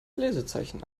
lesezeichen